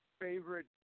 favorite